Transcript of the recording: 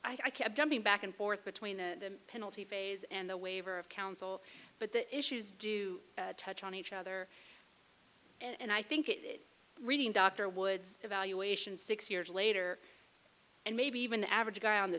o i kept jumping back and forth between the penalty phase and the waiver of counsel but the issues do touch on each other and i think it is reading dr woods evaluation six years later and maybe even the average guy on the